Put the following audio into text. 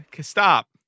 stop